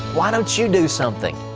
why don't you do something.